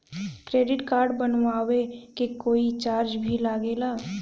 Credit card बनवावे के कोई चार्ज भी लागेला?